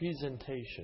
presentation